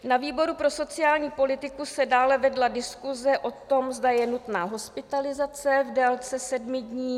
Na výboru pro sociální politiku se dále vedla diskuse o tom, zda je nutná hospitalizace v délce sedmi dní.